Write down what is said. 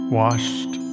washed